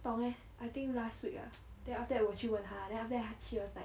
不懂 eh I think last week ah then after that 我去问她 then after that 她 here like